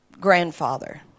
grandfather